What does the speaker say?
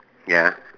ya